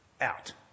out